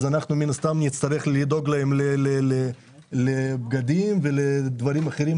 אז אנחנו מן הסתם נצטרך לדאוג להם לבגדים ולדברים אחרים,